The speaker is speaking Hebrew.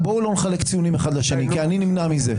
בואי לא נחלק ציונים אחד לשני, כי אני נמנע מזה.